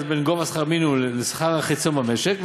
בין גובה שכר המינימום לשכר החציוני במשק,